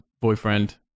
boyfriend